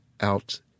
out